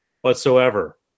whatsoever